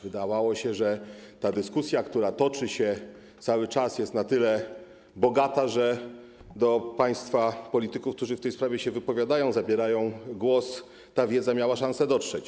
Wydawało się, że ta dyskusja, która toczy się cały czas, jest na tyle bogata, że do państwa polityków, którzy się w tej sprawie wypowiadają, zabierają głos, ta wiedza miała szansę dotrzeć.